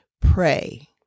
Pray